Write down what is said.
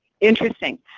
Interesting